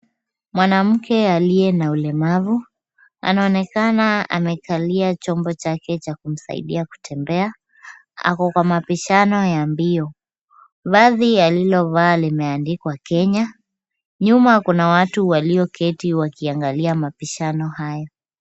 Mwanamke aliye na ulemavu anaonekana amekalia chombo chake cha kumsaidia kutembea. Ako kwa mabishano ya mbio. Vazi yalilovaa limeandikwa "Kenya". Nyuma kuna watu walioketi wakiangalia mabishano hayo.